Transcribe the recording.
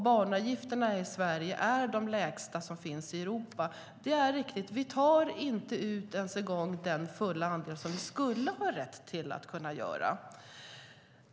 Banavgifterna i Sverige är de lägsta i Europa. Vi tar inte ens en gång ut den fulla andel som vi skulle ha rätt till.